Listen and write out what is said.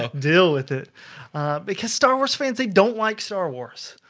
ah deal with it because star wars fans. they don't like star wars.